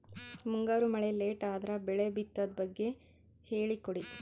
ಮುಂಗಾರು ಮಳೆ ಲೇಟ್ ಅದರ ಬೆಳೆ ಬಿತದು ಬಗ್ಗೆ ಹೇಳಿ ಕೊಡಿ?